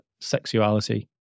sexuality